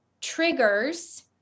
triggers